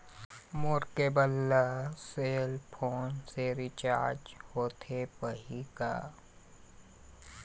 मोर cable ला cell phone से recharge होथे पाही का?